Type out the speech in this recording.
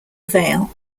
avail